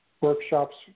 workshops